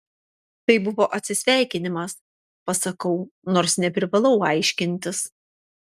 tai buvo atsisveikinimas pasakau nors neprivalau aiškintis